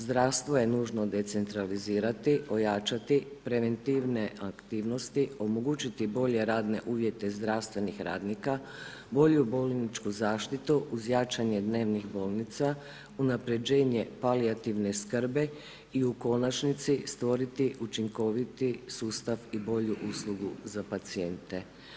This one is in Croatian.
Zdravstvo je nužno decentralizirati, ojačati, preventivne aktivnosti, omogućiti bolje radne uvjete zdravstvenih radnika, bolju bolničku zaštitu uz jačanje dnevnih bolnica, unapređenje palijativne skrbi i u konačnici, stvoriti učinkoviti sustav i bolju uslugu za pacijente.